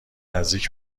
نزدیک